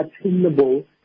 attainable